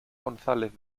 gonzález